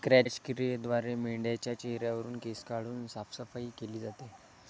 क्रॅच क्रियेद्वारे मेंढाच्या चेहऱ्यावरुन केस काढून साफसफाई केली जाते